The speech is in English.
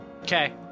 Okay